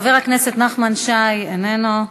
חבר הכנסת נחמן שי, איננו.